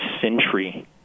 century